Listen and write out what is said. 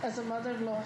as a mother in law